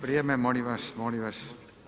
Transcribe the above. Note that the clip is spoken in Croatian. Vrijeme molim vas, molim vas.